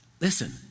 listen